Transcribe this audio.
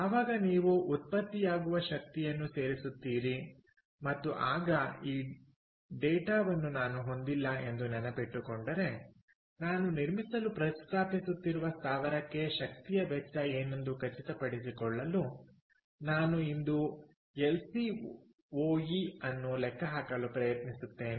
ಯಾವಾಗ ನೀವು ಉತ್ಪತ್ತಿಯಾಗುವ ಶಕ್ತಿಯನ್ನು ಸೇರಿಸುತ್ತೀರಿ ಮತ್ತು ಆಗ ಈ ಡೇಟಾವನ್ನು ನಾನು ಹೊಂದಿಲ್ಲ ಎಂದು ನೆನಪಿಟ್ಟುಕೊಂಡರೆ ನಾನು ನಿರ್ಮಿಸಲು ಪ್ರಸ್ತಾಪಿಸುತ್ತಿರುವ ಸ್ಥಾವರಕ್ಕೆ ಶಕ್ತಿಯ ವೆಚ್ಚ ಏನೆಂದು ಖಚಿತಪಡಿಸಿಕೊಳ್ಳಲು ನಾನು ಇಂದು ಎಲ್ಸಿಒಇ ಅನ್ನು ಲೆಕ್ಕಹಾಕಲು ಪ್ರಯತ್ನಿಸುತ್ತೇನೆ